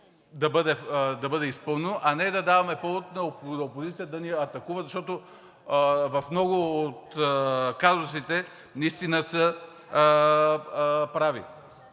да бъде изпълнено, а не да даваме повод на опозицията да ни атакува, защото в много от казусите са прави.